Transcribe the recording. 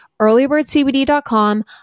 earlybirdcbd.com